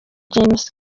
james